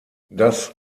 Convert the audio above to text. das